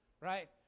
right